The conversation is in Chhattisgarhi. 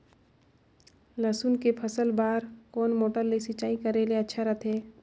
लसुन के फसल बार कोन मोटर ले सिंचाई करे ले अच्छा रथे?